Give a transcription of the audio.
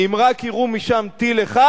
ואם רק יירו משם טיל אחד,